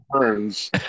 turns